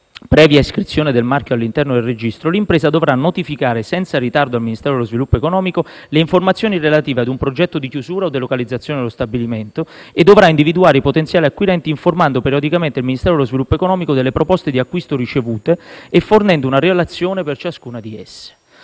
previa iscrizione del marchio all'interno del registro, l'impresa dovrà notificare senza ritardo al Ministero dello sviluppo economico le informazioni relative ad un progetto di chiusura o delocalizzazione dello stabilimento, e dovrà individuare i potenziali acquirenti, informando periodicamente il Ministero dello sviluppo economico delle proposte di acquisto ricevute e fornendo una relazione per ciascuna di esse.